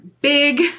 big